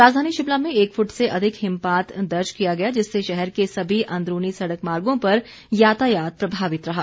राजधानी शिमला में एक फुट से अधिक हिमपात दर्ज किया गया जिससे शहर के सभी अंदरूनी सड़क मार्गों पर यातायात प्रभावित रहा